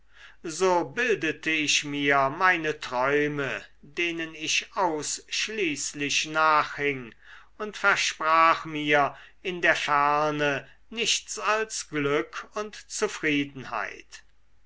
so bildete ich mir meine träume denen ich ausschließlich nachhing und versprach mir in der ferne nichts als glück und zufriedenheit